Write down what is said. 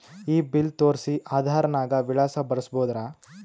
ಈ ಬಿಲ್ ತೋಸ್ರಿ ಆಧಾರ ನಾಗ ವಿಳಾಸ ಬರಸಬೋದರ?